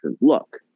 Look